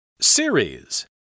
Series